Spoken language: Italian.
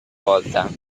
volta